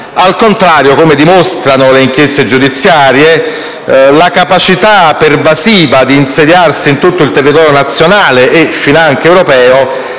Al contrario, come dimostrano le inchieste giudiziarie, la loro capacità pervasiva di insediarsi in tutto il territorio nazionale, finanche europeo,